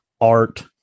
art